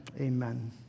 Amen